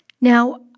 Now